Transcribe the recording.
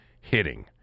hitting